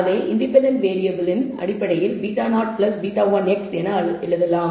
அதை இன்டெபென்டென்ட் வேறியபிளின் அடிப்படையில் β0 β1x iஎன எழுதலாம்